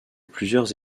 plusieurs